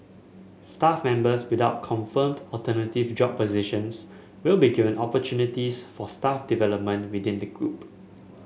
staff members without confirmed alternative job positions will be given opportunities for staff development within the group